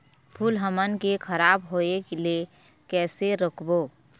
फूल हमन के खराब होए ले कैसे रोकबो?